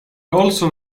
also